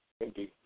Indeed